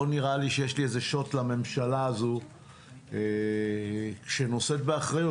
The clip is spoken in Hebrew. לא נראה לי שיש לי שוט לממשלה הזאת שנושאת באחריות,